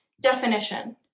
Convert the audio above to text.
definition